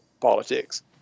politics